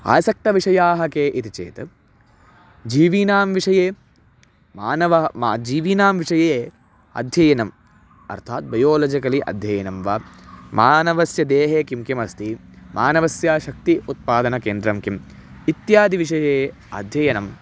आसक्तविषयाः के इति चेत् जीविनां विषये मानवः जीविनां विषये अध्ययनम् अर्थात् बयोलजिकलि अध्ययनं वा मानवस्य देहे किं किमस्ति मानवस्य शक्तेः उत्पादनकेन्द्रं किम् इत्यादिविषये अध्ययनम्